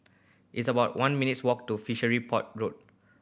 it's about one minutes walk to Fishery Port Road